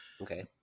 okay